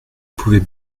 pouvait